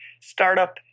startup